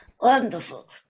Wonderful